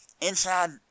inside